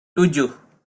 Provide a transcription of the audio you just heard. tujuh